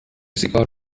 سیگار